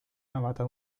navata